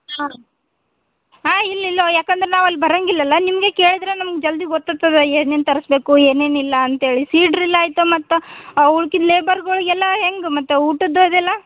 ಹಾಂ ಹಾಂ ಇಲ್ಲ ಇಲ್ಲೋ ಯಾಕಂದ್ರೆ ನಾವೆಲ್ಲ ಬರೋಂಗಿಲ್ಲಲ ನಿಮಗೆ ಕೇಳಿದ್ರೆ ನಮ್ಗೆ ಜಲ್ದಿ ಗೊತ್ತು ಆಗ್ತದ ಏನೇನು ತರಿಸ್ಬೇಕು ಏನೇನು ಇಲ್ಲಾಂತ ಹೇಳಿ ಸೀ ಡ್ರಿಲ್ ಎಲ್ಲ ಐತೋ ಮತ್ತು ಉಳಿದ ಲೇಬರ್ಗಳಿಗೆಲ್ಲ ಹೆಂಗೆ ಮತ್ತು ಊಟದ್ದು ಅದೆಲ್ಲಾ